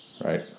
Right